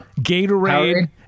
Gatorade